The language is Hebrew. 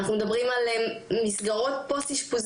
אנחנו מדברים על מסגרות פוסט-אשפוזיות,